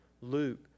Luke